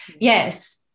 yes